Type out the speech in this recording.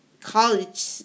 college